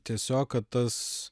tiesiog kad tas